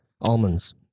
Almonds